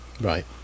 Right